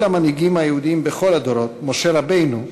המנהיגים היהודים בכל הדורות משה רבנו,